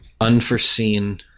unforeseen